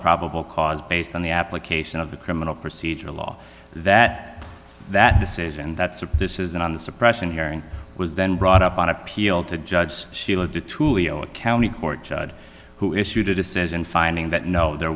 probable cause based on the application of the criminal procedure law that that decision that's a this is an on the suppression hearing was then brought up on appeal to a judge she looked at tullio a county court judge who issued a decision finding that no there